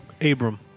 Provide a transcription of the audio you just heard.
Abram